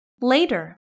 Later